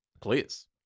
Please